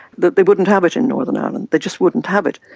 but they wouldn't have it in northern ireland, they just wouldn't have it.